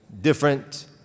different